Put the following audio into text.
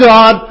God